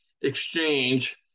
exchange